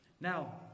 Now